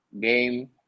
game